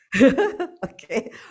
Okay